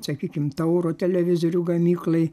sakykim tauro televizorių gamyklai